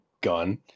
gun